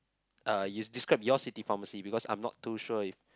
uh you describe your city pharmacy because I'm not too sure if